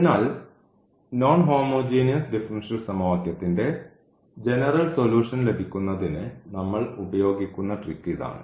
അതിനാൽ non homogeneous differential സമവാക്യത്തിന്റെ general solution ലഭിക്കുന്നതിന് നമ്മൾ ഉപയോഗിക്കുന്ന ട്രിക്ക് ഇതാണ്